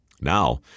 Now